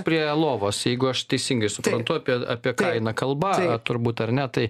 prie lovos jeigu aš teisingai suprantu apie apie ką eina kalba turbūt ar ne tai